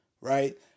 right